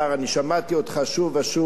אני שמעתי אותך שוב ושוב,